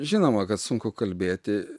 žinoma kad sunku kalbėti